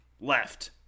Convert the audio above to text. left